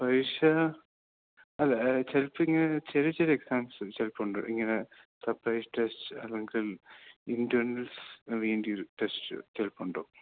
പരീക്ഷ അല്ല ചിലപ്പം ഇങ്ങനെ ചെറിയ ചെറിയ എക്സാംസ്സ് ചിലപ്പം ഉണ്ട് ഇങ്ങനെ സപ്രൈസ് ടെസ്റ്റ് അല്ലെങ്കിൽ ഇൻറ്റേണൽസ് വേണ്ടിയൊരു ടെസ്റ്റ് ചിലപ്പോൾ ഉണ്ടാവും